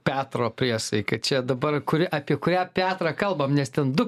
petro priesaika čia dabar kuri apie kurią petrą kalbam nes ten du